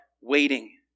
waiting